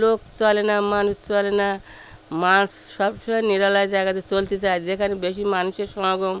লোক চলে না মানুষ চলে না মাছ সব সময় নিরালা জায়গাতে চলতে চায় যেখানে বেশি মানুষের সমাগম